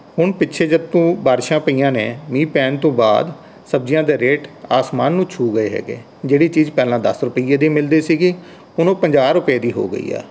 ਹੁਣ ਪਿੱਛੇ ਜਿਹੇ ਜਦ ਤੋਂ ਬਾਰਿਸ਼ਾਂ ਪਈਆਂ ਨੇ ਮੀਂਹ ਪੈਣ ਤੋਂ ਬਾਅਦ ਸਬਜ਼ੀਆਂ ਦੇ ਰੇਟ ਆਸਮਾਨ ਨੂੰ ਛੂਹ ਗਏ ਹੈਗੇ ਜਿਹੜੀ ਚੀਜ਼ ਪਹਿਲਾਂ ਦਸ ਰੁਪਈਏ ਦੀ ਮਿਲਦੀ ਸੀਗੀ ਹੁਣ ਉਹ ਪੰਜਾਹ ਰੁਪਏ ਦੀ ਹੋ ਗਈ ਆ